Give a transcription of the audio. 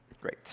Great